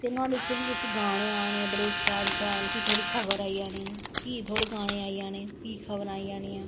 ते नुआढ़े च गाने आने बडे़ शैल शैल फिह् थोह्ड़ी खब़र आई जानी फिह् थोह्डे गाने आई जाने फिंह खब़रा आई जानियां